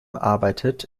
arbeitet